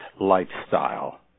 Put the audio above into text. lifestyle